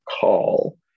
call